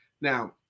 Now